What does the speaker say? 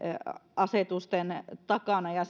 asetusten takana ja